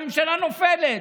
הממשלה נופלת.